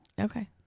Okay